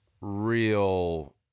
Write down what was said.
real